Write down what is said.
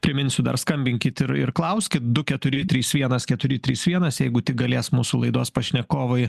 priminsiu dar skambinkit ir ir klauskit du keturi trys vienas keturi trys vienas jeigu tik galės mūsų laidos pašnekovai